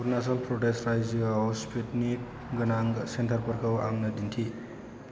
अरुणाचल प्रदेश रायजोआव सिफिटनिक गोनां सेन्टारफोरखौ आंनो दिन्थि